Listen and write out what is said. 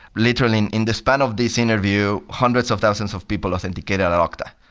literally, in in the span of this interview, hundreds of thousands of people authenticated okta,